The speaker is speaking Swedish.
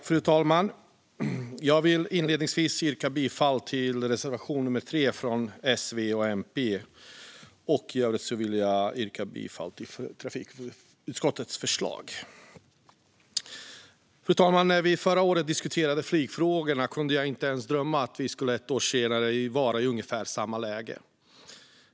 Fru talman! Jag vill inledningsvis yrka bifall till reservation 3 från S, V och MP samt till trafikutskottets förslag i övrigt. Fru talman! När vi förra året diskuterade flygfrågorna kunde jag inte ens drömma om att vi ett år senare skulle vara i ungefär samma läge.